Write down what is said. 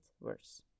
worse